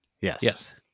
Yes